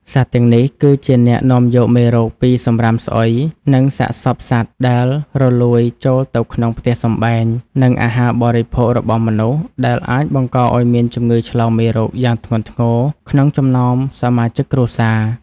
សត្វទាំងនេះគឺជាអ្នកនាំយកមេរោគពីសម្រាមស្អុយ និងសាកសពសត្វដែលរលួយចូលទៅក្នុងផ្ទះសម្បែង និងអាហារបរិភោគរបស់មនុស្ស ដែលអាចបង្កឱ្យមានជំងឺឆ្លងមេរោគយ៉ាងធ្ងន់ធ្ងរក្នុងចំណោមសមាជិកគ្រួសារ។